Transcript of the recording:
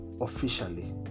officially